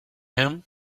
him